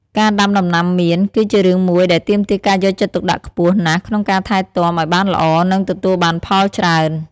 ការដាំដំណាំមៀន គឺជារឿងមួយដែលទាមទារការយកចិត្តទុកដាក់ខ្ពស់ណាស់ក្នុងការថែទាំអោយបានល្អនិងទទួលបានផលច្រើន។